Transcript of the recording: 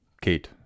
Kate